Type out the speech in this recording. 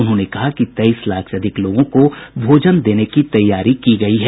उन्होंने कहा कि तेइस लाख से अधिक लोगों को भोजन देने की तैयारी की गई हैं